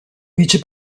vice